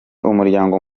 umuryango